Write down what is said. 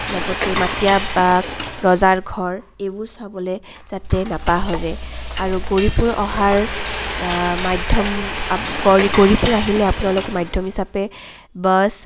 লগতে মাতীয়া বাঘ ৰজাৰ ঘৰ এইবোৰ চাবলে যাতে নাপাহৰে আৰু গৌৰীপুৰ অহাৰ মাধ্যম গৌৰী গৌৰীপুৰ আহিলে আপোনালোকে মাধ্যম হিচাপে বাছ